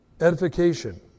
edification